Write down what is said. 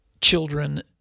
children